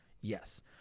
Yes